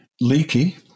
leaky